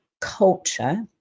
culture